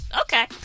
Okay